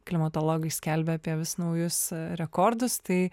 klimatologai skelbia apie vis naujus rekordus tai